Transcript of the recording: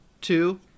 two